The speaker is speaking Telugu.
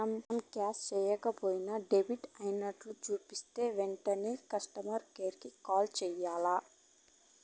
మనం కర్సు సేయక పోయినా డెబిట్ అయినట్లు సూపితే ఎంటనే కస్టమర్ కేర్ కి కాల్ సెయ్యాల్ల